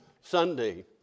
Sunday